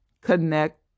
connect